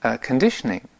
conditioning